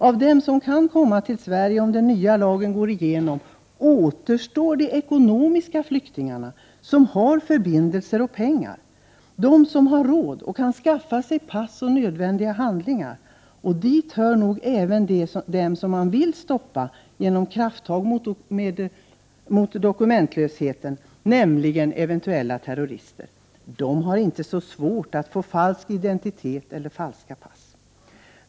Av dem som kan komma till Sverige om den nya lagen går igenom återstår de ekonomiska flyktingarna, de som har förbindelser och pengar, de som har råd och kan skaffa sig pass och nödvändiga handlingar, och dit hör nog även de som man vill stoppa genom krafttag mot dokumentlösheten, nämligen eventuella terrorister. De har inte så svårt att få falsk identitet eller falska pass.